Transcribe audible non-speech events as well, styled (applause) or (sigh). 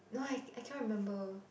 no I (noise) I cannot remember